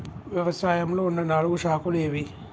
వ్యవసాయంలో ఉన్న నాలుగు శాఖలు ఏవి?